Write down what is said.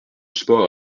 sport